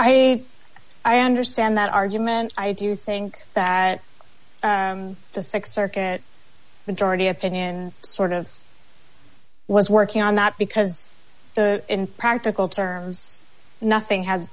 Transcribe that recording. f i understand that argument i do think that the six circuit majority opinion sort of was working on that because in practical terms nothing has